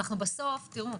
תראו,